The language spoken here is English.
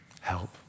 Help